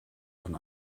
von